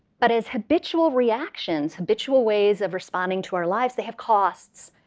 but as habitual reactions, habitual ways of responding to our lives, they have costs.